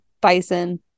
bison